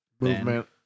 movement